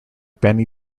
benny